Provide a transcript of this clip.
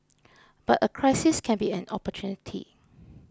but a crisis can be an opportunity